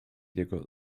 jego